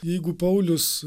jeigu paulius